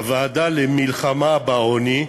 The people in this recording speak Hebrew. הוועדה למלחמה בעוני,